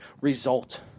result